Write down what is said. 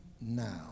now